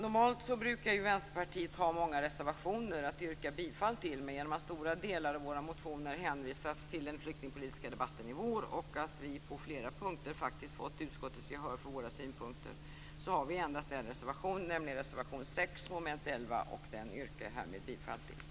Normalt brukar Vänsterpartiet ha många reservationer att yrka bifall till, men genom att stora delar av våra motioner hänvisats till den flyktingpolitiska debatten i vår och att vi på flera punkter faktiskt fått utskottets gehör för våra synpunkter har vi endast en reservation, nämligen reservation 6 under mom. 11, och den yrkar jag härmed bifall till.